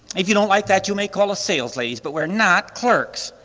if you don't like that you may call a sales ladies, but we're not clerks.